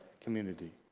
community